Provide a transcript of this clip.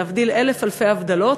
להבדיל אלף אלפי הבדלות,